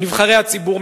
נבחרי הציבור,